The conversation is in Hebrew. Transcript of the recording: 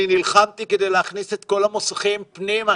אני נלחמתי כדי להכניס את כל המוסכים פנימה